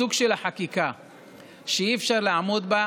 סוג החקיקה שאי-אפשר לעמוד בה,